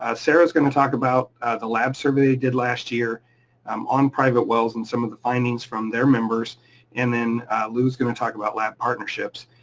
ah sarah is gonna talk about the lab survey they did last year um on private wells and some of the findings from their members and then lou's gonna talk about lab partnerships,